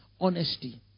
honesty